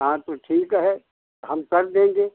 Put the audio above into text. हाँ तो ठीक है हम कर देंगे